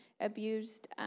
abused